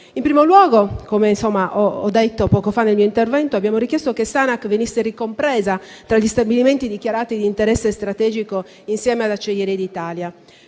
in primo luogo, come ho detto poco fa nel mio intervento, abbiamo richiesto che Sanac venisse ricompresa tra gli stabilimenti dichiarati di interesse strategico, insieme ad Acciaierie d'Italia.